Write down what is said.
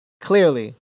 clearly